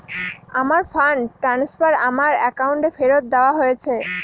আমার fund transfer আমার অ্যাকাউন্টে ফেরত দেওয়া হয়েছে